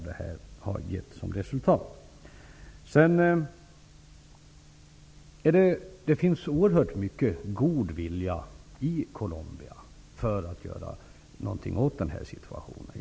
Det finns oerhört mycket av god vilja i Colombia för att göra någonting åt situationen.